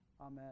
amen